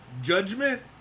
judgment